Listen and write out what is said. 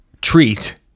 treat